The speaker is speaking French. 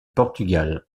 portugal